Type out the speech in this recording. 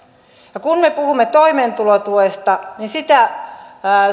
kun me puhumme toimeentulotuesta niin sitä